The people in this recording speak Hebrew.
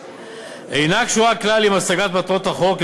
אינן קשורות כלל להשגת מטרות החוק,